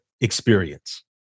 experience